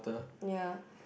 ya